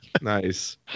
Nice